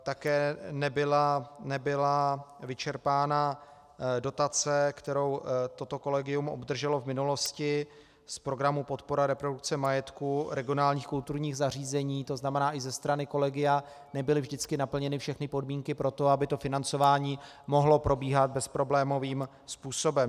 Také nebyla vyčerpána dotace, kterou Collegium obdrželo v minulosti z programu Podpora reprodukce majetku regionálních kulturních zařízení, tzn. i ze strany Collegia nebyly vždy naplněny všechny podmínky pro to, aby to financování mohlo probíhat bezproblémovým způsobem.